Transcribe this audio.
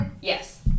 Yes